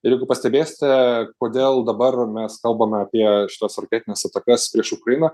ir jeigu pastebėsite kodėl dabar mes kalbame apie šitas raketines atakas prieš ukrainą